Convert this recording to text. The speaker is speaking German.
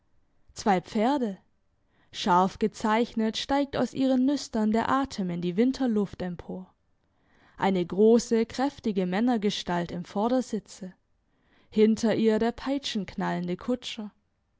zwei pferde scharf gezeichnet steigt aus ihren nüstern der atem in die winterluft empor eine grosse kräftige männergestalt im vordersitze hinter ihr der peitschenknallende kutscher